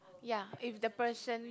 ya if the person